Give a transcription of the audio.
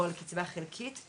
או על קצבה חלקית,